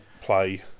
play